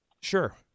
Sure